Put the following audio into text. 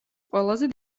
ყველაზე